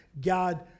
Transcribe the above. God